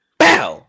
bow